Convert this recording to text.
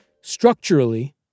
Structurally